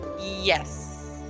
Yes